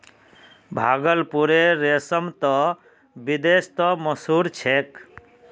भागलपुरेर रेशम त विदेशतो मशहूर छेक